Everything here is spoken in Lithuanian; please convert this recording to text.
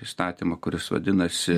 įstatymo kuris vadinasi